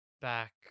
back